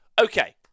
okay